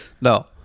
No